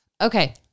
Okay